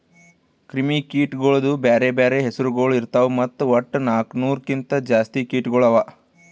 ಕ್ರಿಮಿ ಕೀಟಗೊಳ್ದು ಬ್ಯಾರೆ ಬ್ಯಾರೆ ಹೆಸುರಗೊಳ್ ಇರ್ತಾವ್ ಮತ್ತ ವಟ್ಟ ನಾಲ್ಕು ನೂರು ಕಿಂತ್ ಜಾಸ್ತಿ ಕೀಟಗೊಳ್ ಅವಾ